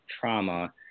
trauma